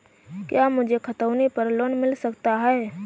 क्या मुझे खतौनी पर लोन मिल सकता है?